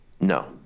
No